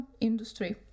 industry